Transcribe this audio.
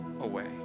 away